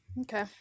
okay